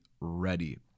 ready